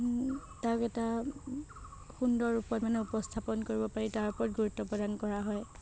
তাক এটা সুন্দৰ ৰূপত মানে উপস্থাপন কৰিব পাৰি তাৰ ওপৰত গুৰুত্ব প্ৰদান কৰা হয়